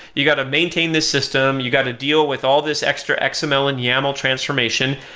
you got to maintain this system, you got to deal with all this extra extra xml and yaml transformation,